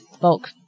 bulk